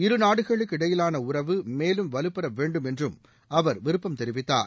இருநாடுகளுக்கு இடையிலான உறவு மேலும் வலுப்பெற வேண்டும் என்றும் அவர் விருப்பம் தெரிவித்தார்